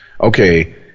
okay